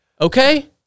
Okay